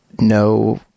no